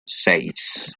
seis